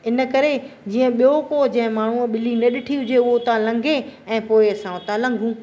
इन करे जीअं ॿियो को जे माण्हूं ॿिली न ॾिठी हुजे उहो त लंघे ऐं पोइ असां उता लंघूं